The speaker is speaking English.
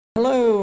Hello